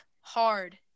hard